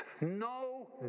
no